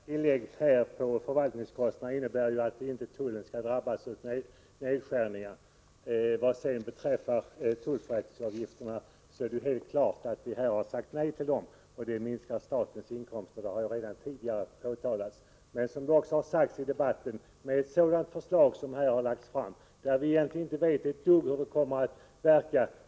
Herr talman! Det här tillägget på förvaltningskostnaderna innebär ju att tullen inte skall drabbas av nedskärningar. Vad sedan beträffar tullförrättningsavgifterna är det helt klart att vi sagt nej till dem. Att detta minskar statens inkomster har redan tidigare påpekats. Men det har också sagts i debatten att vi egentligen inte vet ett dugg om hur det förslag som lagts fram kommer att påverka.